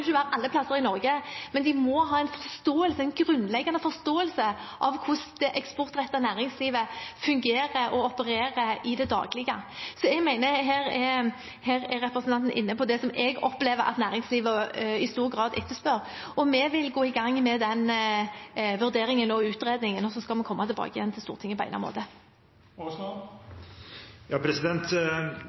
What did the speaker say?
må ha en grunnleggende forståelse av hvordan det eksportrettede næringslivet fungerer og opererer i det daglige. Jeg mener at representanten her er inne på det som jeg opplever at næringslivet i stor grad etterspør. Vi vil gå i gang med den vurderingen og utredningen, og så skal vi komme tilbake til Stortinget på egnet måte.